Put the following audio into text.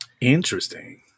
interesting